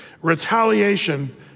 Retaliation